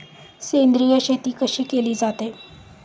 सेंद्रिय शेती कशी केली जाते?